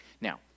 Now